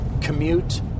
Commute